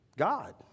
God